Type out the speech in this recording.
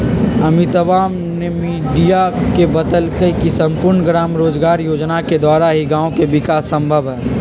अमितवा ने मीडिया के बतल कई की सम्पूर्ण ग्राम रोजगार योजना के द्वारा ही गाँव के विकास संभव हई